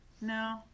No